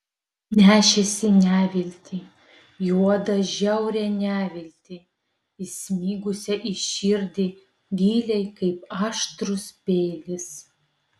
nešėsi neviltį juodą žiaurią neviltį įsmigusią į širdį giliai kaip aštrus peilis